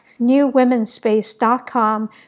newwomenspace.com